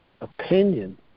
opinion